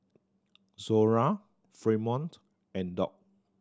Zora Fremont and Doc